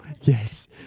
Yes